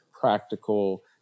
practical